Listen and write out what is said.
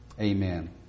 Amen